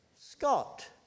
Scott